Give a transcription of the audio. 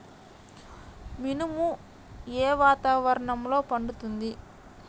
మినుము ఏ వాతావరణంలో పండుతుంది?